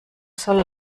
soll